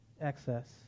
excess